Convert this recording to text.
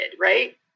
right